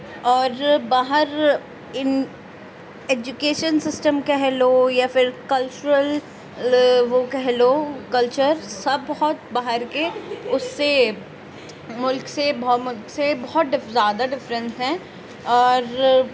اور باہر ان ایجوکیشن سسٹم کہہ لو یا پھر کلچرل وہ کہہ لو کلچر سب بہت باہر کے اس سے ملک سے بہت زیادہ ڈفرینس ہیں اور